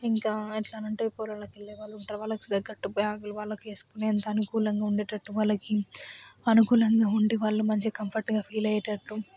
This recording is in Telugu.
ఇంకా ఎట్లా అంటే పొలాలకి వెళ్ళేవాళ్ళు ఉంటారు వాళ్ళకి తగ్గట్టు బ్యాగులు వాళ్ళకి వేసుకునేంత అనుకూలంగా ఉండేటట్టు వాళ్ళకి అనుకూలంగా ఉండి వాళ్ళు మంచి కంఫర్ట్గా ఫీల్ అయ్యేటట్టు